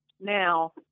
Now